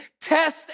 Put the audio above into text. test